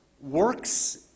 works